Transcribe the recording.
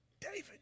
David